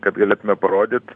kad galėtume parodyt